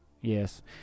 Yes